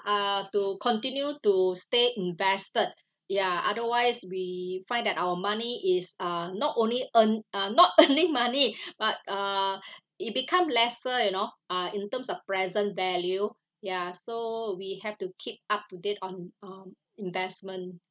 uh to continue to stay invested ya otherwise we find that our money is uh not only earn um not earning money but uh it become lesser you know uh in terms of present value ya so we have to keep up to date on um investment